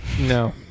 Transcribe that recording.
No